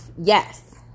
Yes